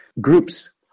groups